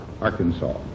Arkansas